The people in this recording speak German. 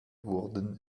wurden